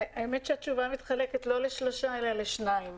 האמת שהתשובה נחלקת לא לשלושה, אלא לשניים.